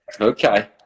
Okay